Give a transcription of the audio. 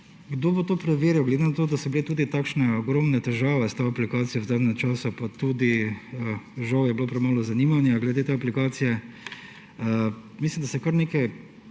Kdo bo to preverjal, glede na to, da so bile tudi takšne ogromne težave s to aplikacijo v zadnjem času? Pa tudi žal je bilo premalo zanimanja glede te aplikacije. Mislim, da se tudi nekaj